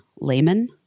layman